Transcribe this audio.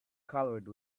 colored